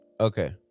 okay